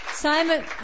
Simon